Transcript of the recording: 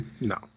No